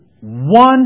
one